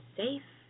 safe